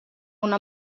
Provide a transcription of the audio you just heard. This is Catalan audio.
una